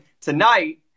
tonight